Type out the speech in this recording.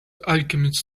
alchemists